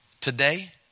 Today